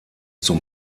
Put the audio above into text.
zum